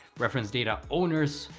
reference data owners,